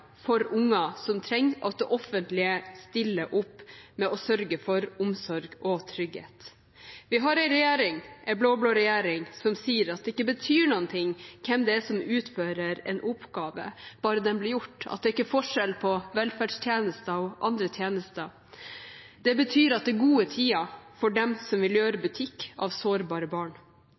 for unger som trenger at det offentlige stiller opp og sørger for omsorg og trygghet. Vi har en blå-blå regjering som sier at det ikke betyr noe hvem det er som utfører en oppgave, bare den blir gjort, og at det ikke er forskjell på velferdstjenester og andre tjenester. Det betyr at det er gode tider for dem som vil gjøre butikk av sårbare barn.